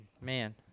Man